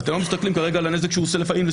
אבל אתם לא מסתכלים על הנזק שהוא עושה לסביבתו.